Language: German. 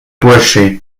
bursche